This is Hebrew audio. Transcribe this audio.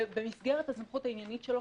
ובמסגרת הסמכות העניינית שלו,